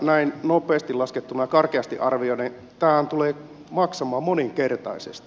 näin nopeasti laskettuna karkeasti arvioiden tämähän tulee maksamaan moninkertaisesti